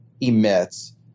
emits